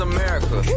America